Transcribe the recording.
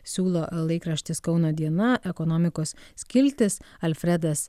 siūlo laikraštis kauno diena ekonomikos skiltis alfredas